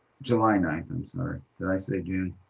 july ninth, i'm sorry. did i say june?